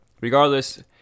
Regardless